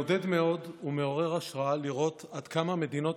מעודד מאוד ומעורר השראה לראות עד כמה מדינות